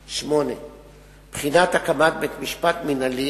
8. בחינת הקמת בית-משפט מינהלי